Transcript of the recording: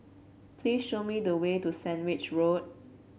please show me the way to Sandwich Road